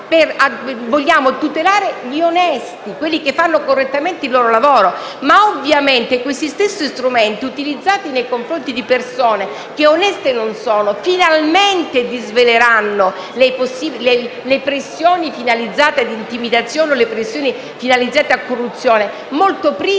vogliamo tutelare gli onesti, quelli che fanno correttamente il loro lavoro. Ma ovviamente questi stessi strumenti, utilizzati nei confronti di persone che oneste non sono, finalmente disveleranno le pressioni finalizzate all'intimidazione o alla corruzione, molto prima